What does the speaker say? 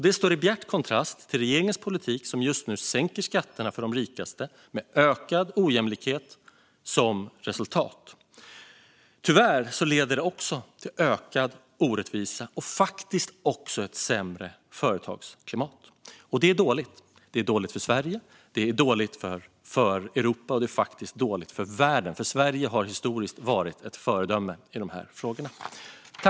Det står i bjärt kontrast till den politik som förs av regeringen, som just nu sänker skatterna för de rikaste med ökad ojämlikhet som resultat. Tyvärr leder det till ökad orättvisa och faktiskt också ett sämre företagsklimat, och det är dåligt. Det är dåligt för Sverige, det är dåligt för Europa och det är faktiskt dåligt för världen, eftersom Sverige historiskt har varit ett föredöme i de här frågorna.